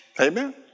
amen